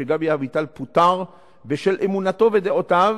שגבי אביטל פוטר בשל אמונתו ודעותיו,